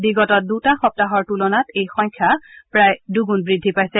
বিগত দুটা সপ্তাহৰ তুলনাত এই সংখ্যা প্ৰায় দুগুণ বৃদ্ধি পাইছে